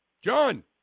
John